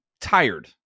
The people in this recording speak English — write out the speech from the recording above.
tired